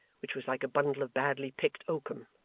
which was like a bundle of badly-picked oakum.